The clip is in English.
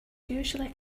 usually